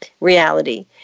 reality